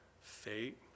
fate